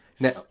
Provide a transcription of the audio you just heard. Now